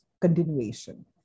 continuation